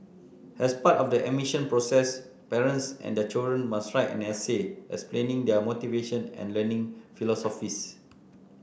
as part of the admission process parents and their children must write an essay explaining their motivation and learning philosophies